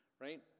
right